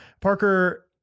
Parker